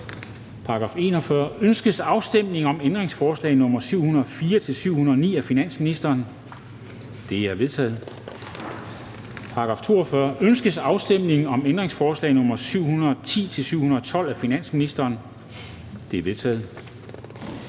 forkastet. Ønskes afstemning om ændringsforslag nr. 585 og 586 af finansministeren? De er vedtaget. Til § 36. Pensionsvæsenet. Ønskes afstemning om ændringsforslag nr. 587 af finansministeren? Det er vedtaget.